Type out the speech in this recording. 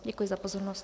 Děkuji za pozornost.